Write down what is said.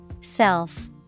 Self